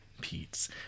Pete's